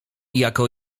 jako